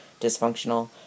dysfunctional